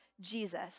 Jesus